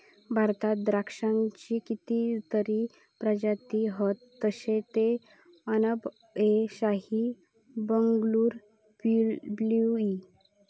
भारतात द्राक्षांची कितीतरी प्रजाती हत जशे की अनब ए शाही, बंगलूर ब्लू ई